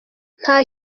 nta